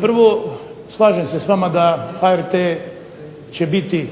prvo, slažem se s vama da HRT će biti